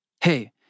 hey